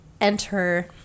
enter